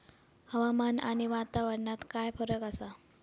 हवामान आणि वातावरणात काय फरक असा?